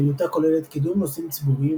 פעילותה כוללת קידום נושאים ציבוריים